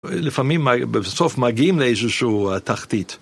לפעמים בסוף מגיעים לאיזושהוא תחתית.